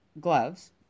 gloves